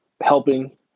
helping